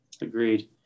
agreed